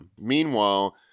Meanwhile